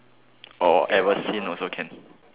or ever seen also can